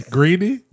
Greedy